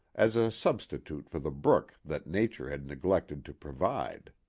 as a substitute for the brook that nature had neglected to provide.